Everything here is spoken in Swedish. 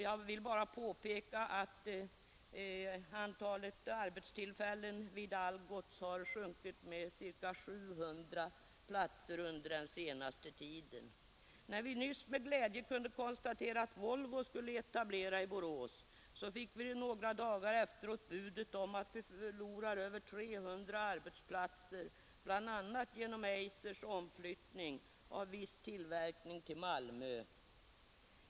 Jag vill bara påpeka att antalet arbetstillfällen vid Algots sjunkit med ca 700 under den senaste tiden. När vi nyss med glädje kunde konstatera att Volvo skulle etablera i Borås, så fick vi några dagar senare budet att vi förlorar över 300 arbetsplatser, bl.a. genom Eisers omflyttning av viss tillverkning till Malmö.